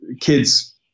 kids